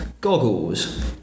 Goggles